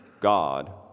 God